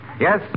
Yes